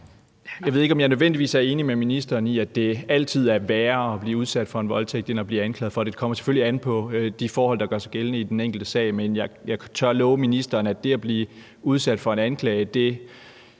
Jeg ved ikke, om jeg nødvendigvis er enig med ministeren i, at det altid er værre at blive udsat for en voldtægt end at blive anklaget for at have begået en. Det kommer selvfølgelig an på de forhold, der gør sig gældende i den enkelte sag, men jeg tør love ministeren, at det at blive udsat for en anklage er